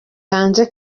hanze